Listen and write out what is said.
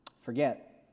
forget